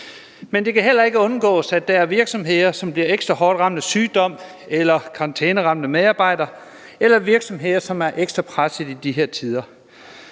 Men det kan ikke undgås, at der er virksomheder, som bliver ekstra hårdt ramt af sygdom, eller som har karantæneramte medarbejdere, eller virksomheder, som er ekstra presset i de her tider.